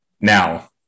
now